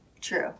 True